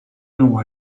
know